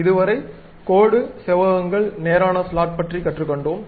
இதுவரை கோடு செவ்வகங்கள் நேரான ஸ்லாட் பற்றி கற்றுக்கொண்டோம்